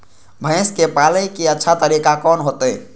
भैंस के पाले के अच्छा तरीका कोन होते?